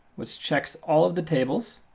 which checks all of the tables.